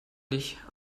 nicht